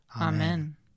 Amen